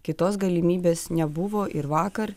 kitos galimybės nebuvo ir vakar